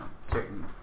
certain